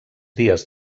dies